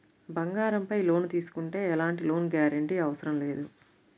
బంగారంపై లోను తీసుకుంటే ఎలాంటి లోను గ్యారంటీ అవసరం లేదు